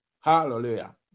Hallelujah